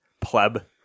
pleb